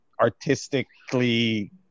artistically